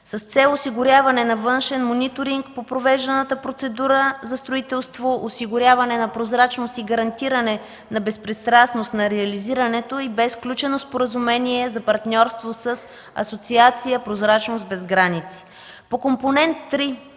С цел осигуряване на външен мониторинг по провежданата процедура за строителство, осигуряване на прозрачност и гарантиране на безпристрастност на реализирането й бе сключено споразумение за партньорство с Асоциация „Прозрачност без граници”. По Компонент